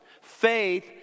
Faith